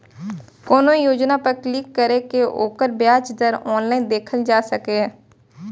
कोनो योजना पर क्लिक कैर के ओकर ब्याज दर ऑनलाइन देखल जा सकैए